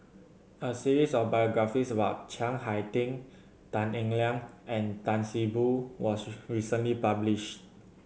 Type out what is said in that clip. a series of biographies about Chiang Hai Ding Tan Eng Liang and Tan See Boo was recently published